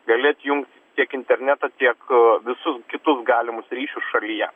gali atjungt tiek internetą tiek visus kitus galimus ryšius šalyje